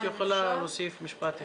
כן, את יכולה להוסיף משפט אחד.